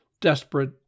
desperate